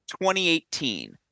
2018